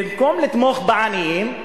במקום לתמוך בעניים,